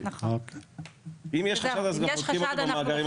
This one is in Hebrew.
אם יש חשד אז גם בודקים במאגרים הפליליים.